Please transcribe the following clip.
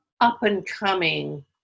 up-and-coming